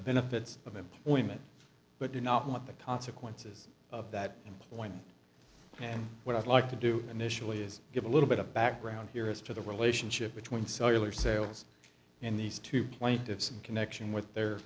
benefits of employment but do not want the consequences of that employment and what i'd like to do initially is give a little bit of background here as to the relationship between cellular sales in these two plaintiffs in connection with their